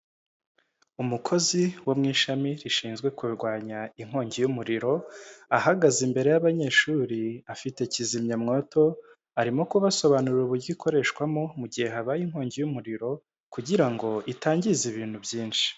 Umukozi wo mu ishami rishinzwe kurwanya inkongi y'umuriro, ahagaze imbere y'abanyeshuri, afite kizimyamwoto arimo kubasobanurira uburyo ikoreshwamo, mu gihe habaye inkongi y'umuriro kugira ngo itangiza ibintu byinshi.